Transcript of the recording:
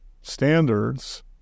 standards